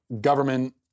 government